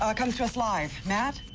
ah coming to us live. matt?